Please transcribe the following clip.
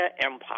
empire